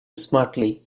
smartly